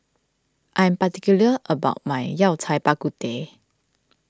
I am particular about my Yao Cai Bak Kut Teh